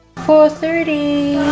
four thirty